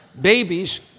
Babies